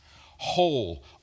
whole